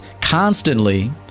constantly